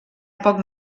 poc